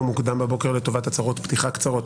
מוקדם בבוקר לטובת הצהרות פתיחה קצרות,